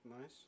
nice